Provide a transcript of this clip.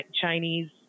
Chinese